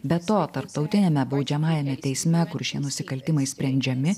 be to tarptautiniame baudžiamajame teisme kur šie nusikaltimai sprendžiami